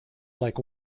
like